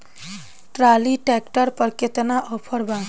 Trolley tractor पर केतना offer बा?